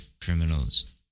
criminals